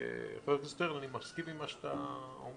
חבר הכנסת שטרן, אני מסכים עם מה שאתה אומר.